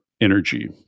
energy